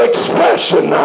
Expression